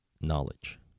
knowledge